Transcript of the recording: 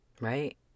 Right